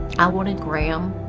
i wanted graham